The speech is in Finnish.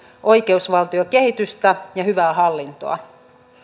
oikeusvaltiokehitystä ja hyvää hallintoa